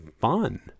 fun